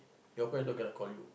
your friend also cannot call you